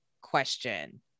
question